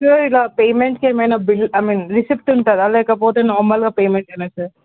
sir ఇలా పేమెంట్కి ఏమైన బిల్ ఐమీన్ రిసీట్ ఉంటుందా లేకపోతే నార్మల్గా పేమెంటేనా సార్